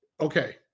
Okay